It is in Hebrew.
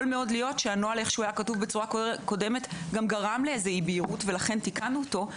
יכול מאוד להיות שהנוהל היה כתוב בצורה לא בהירה ולכן תיקנו אותו.